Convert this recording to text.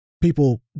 people